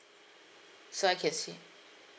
so I can see